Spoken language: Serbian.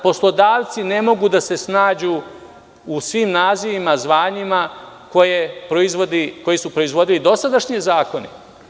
Poslodavci ne mogu da se snađu u svim nazivima, zvanjima koji su proizvodili dosadašnji zakoni.